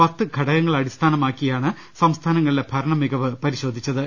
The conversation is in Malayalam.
പത്ത് ഘടകങ്ങളെ അടിസ്ഥാനമാക്കിയാണ് സംസ്ഥാനങ്ങ ളിലെ ഭരണമികവ് പരിശോധിച്ചത്